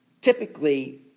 typically